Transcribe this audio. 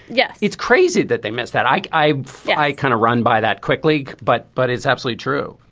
yes it's crazy that they missed that i i i kind of run by that quickly. but but it's actually true.